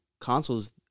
consoles